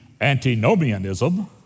antinomianism